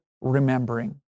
remembering